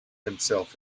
himself